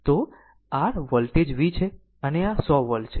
તો r voltage V છે અને આ 100 વોલ્ટ છે